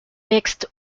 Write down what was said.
mixed